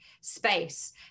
space